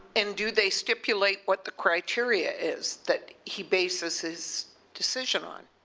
and do they stipulate what the criteria is that he bases his decision on?